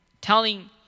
telling